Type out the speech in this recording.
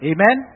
Amen